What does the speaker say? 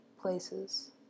places